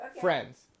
Friends